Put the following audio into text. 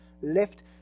left